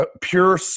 pure